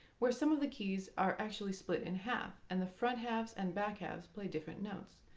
where some of the keys are actually split in half and the front halves and back halves play different notes,